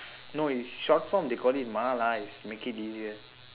no is short form they call it MA lah is make it easier